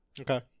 Okay